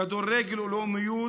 "כדורגל ולאומיות",